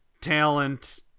talent